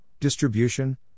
distribution